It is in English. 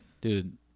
dude